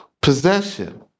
possession